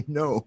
no